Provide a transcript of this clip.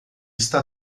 está